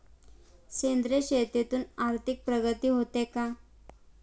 सेंद्रिय शेतीतून आर्थिक प्रगती होते का?